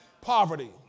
poverty